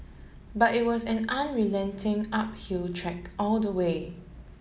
but it was an unrelenting uphill trek all the way